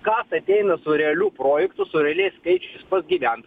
kas ateina su realiu projektu su realiais skaičiais pas gyvent